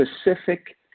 specific